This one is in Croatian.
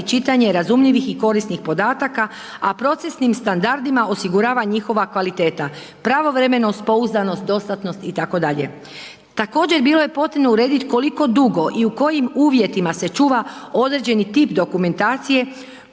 čitanje razumljivih i korisnih podataka, a procesnim standardima osigurava njihova kvaliteta, pravovremenost, pouzdanost, dostatnost itd. Također, bilo je potrebno uredit koliko dugo i u kojim uvjetima se čuva određeni tip dokumentacije,